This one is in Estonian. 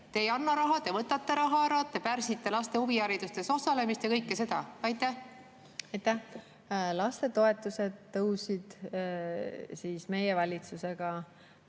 Te ei anna raha, te võtate raha ära, te pärsite laste huvihariduses osalemist ja kõike seda. Aitäh! Lastetoetused tõusid meie valitsuse